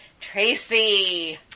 Tracy